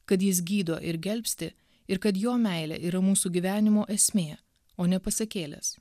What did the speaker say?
kad jis gydo ir gelbsti ir kad jo meilė yra mūsų gyvenimo esmė o ne pasakėlės